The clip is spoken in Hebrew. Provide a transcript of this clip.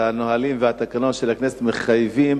שהנהלים והתקנון של הכנסת מחייבים